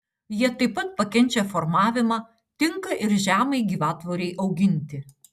jie taip pat pakenčia formavimą tinka ir žemai gyvatvorei auginti